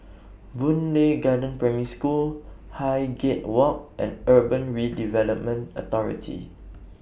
Boon Lay Garden Primary School Highgate Walk and Urban Redevelopment Authority